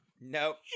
Nope